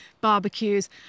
Barbecues